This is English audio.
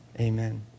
amen